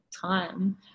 time